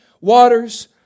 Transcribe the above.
waters